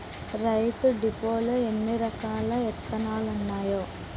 రైతు డిపోలో ఎన్నిరకాల ఇత్తనాలున్నాయో